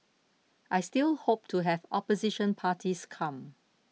I still hope to have opposition parties come